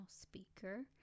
speaker